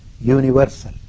universal